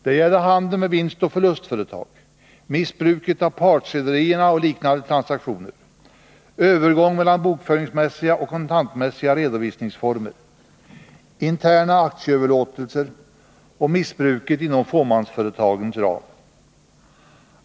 Det gällde handeln med vinstoch förlustföretag, missbruket av partrederierna och liknande transaktioner, övergång mellan bokföringsmässiga och kontantmässiga redovisningsformer, interna aktieöverlåtelser och missbruket inom fåmansföretagens ram.